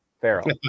Farrell